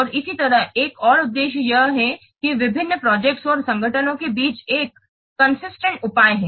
और इसी तरह एक और उद्देश्य यह है कि यह विभिन्न प्रोजेक्ट्स और संगठनों के बीच एक सुसंगत उपाय है